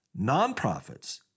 Nonprofits